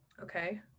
Okay